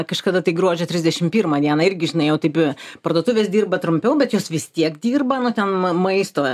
kažkada tai gruodžio trisdešimt pirmą dieną irgi žinai jau taip parduotuvės dirba trumpiau bet jos vis tiek dirba nu ten maisto